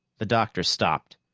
the doctor stopped.